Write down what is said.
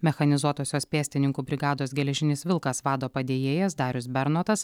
mechanizuotosios pėstininkų brigados geležinis vilkas vado padėjėjas darius bernotas